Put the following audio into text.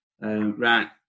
right